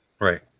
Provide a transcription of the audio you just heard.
Right